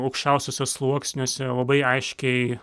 aukščiausiuose sluoksniuose labai aiškiai